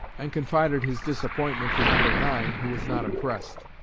and confided his disappointment to number nine, who was not impressed.